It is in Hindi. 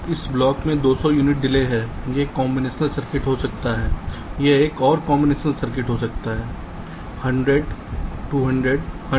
इस ब्लॉक में 200 यूनिट डिले है यह कॉम्बिनेशन सर्किट हो सकता है यह एक और कॉम्बिनेशन सर्किट हो सकता है 100 200 100